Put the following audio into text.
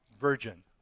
virgin